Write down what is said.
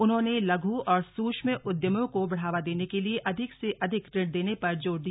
उन्होंने लघु और सूक्ष्म उद्यमों को बढ़ावा देने के लिए अधिक से अधिक ऋण देने पर जोर दिया